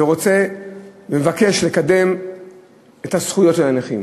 ורוצה ומבקש לקדם את הזכויות של הנכים.